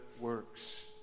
works